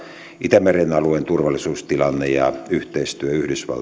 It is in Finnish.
itämeren alueen turvallisuustilanne ja yhteistyö